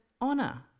honor